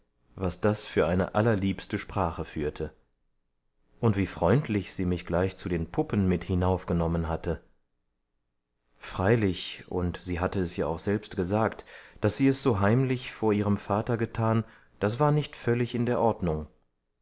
was das für eine allerliebste sprache führte und wie freundlich sie mich gleich zu den puppen mit hinaufgenommen hatte freilich und sie hatte es ja auch selbst gesagt daß sie es so heimlich vor ihrem vater getan das war nicht völlig in der ordnung